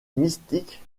mystique